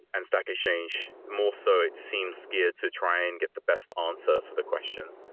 and stack exchange, more so, it seems scared to try and get the best answer for the question.